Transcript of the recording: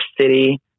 City